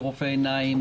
לרופא עיניים,